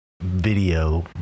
video